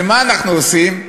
ומה אנחנו עושים?